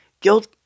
guilt